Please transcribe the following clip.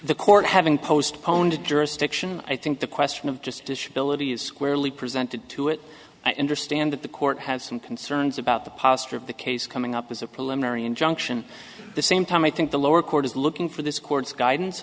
the court having postponed jurisdiction i think the question of just disability is squarely presented to it i understand that the court has some concerns about the posture of the case coming up as a preliminary injunction the same time i think the lower court is looking for this court's guidance